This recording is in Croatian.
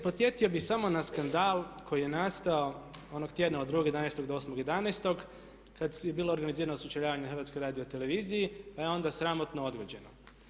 Podsjetio bih samo na skandal koji je nastao onog tjedna od 2.11. do 8.11. kad je bilo organizirano sučeljavanje na HRT-u pa je onda sramotno odgođeno.